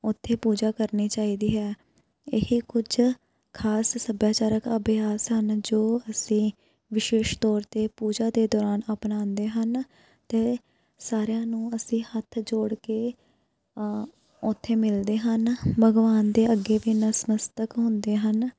ਉੱਥੇ ਪੂਜਾ ਕਰਨੀ ਚਾਹੀਦੀ ਹੈ ਇਹ ਕੁਝ ਖਾਸ ਸੱਭਿਆਚਾਰਕ ਅਭਿਆਸ ਹਨ ਜੋ ਅਸੀਂ ਵਿਸ਼ੇਸ਼ ਤੌਰ 'ਤੇ ਪੂਜਾ ਦੇ ਦੌਰਾਨ ਆਪਣਾਉਂਦੇ ਹਨ ਅਤੇ ਸਾਰਿਆਂ ਨੂੰ ਅਸੀਂ ਹੱਥ ਜੋੜ ਕੇ ਉੱਥੇ ਮਿਲਦੇ ਹਨ ਭਗਵਾਨ ਦੇ ਅੱਗੇ ਵੀ ਨਸਮਸਤਕ ਹੁੰਦੇ ਹਨ